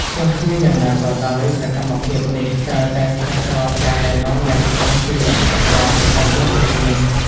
ទោះជាយ៉ាងណាក៏ដោយ សកម្មភាពនេះត្រូវតែស្ថិតក្រោម ការណែនាំយ៉ាងច្បាស់ពីអ្នកថែទាំដែលមានជំនាញ។